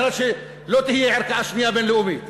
כדי שלא תהיה ערכאה שנייה בין-לאומית,